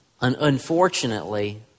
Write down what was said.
unfortunately